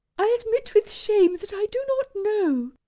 i admit with shame that i do not know.